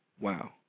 Wow